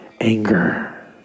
anger